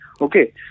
Okay